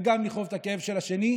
וגם לכאוב את הכאב של השני.